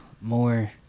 more